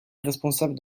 responsable